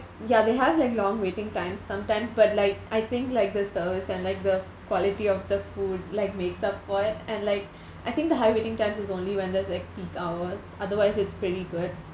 ya they have like long waiting time sometimes but like I think like the service and like the quality of the food like makes up for it and like I think the high waiting times is only when there's at peak hours otherwise it's pretty good